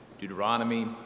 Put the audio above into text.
Deuteronomy